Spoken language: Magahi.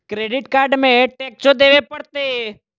क्रेडिट कार्ड में टेक्सो देवे परते?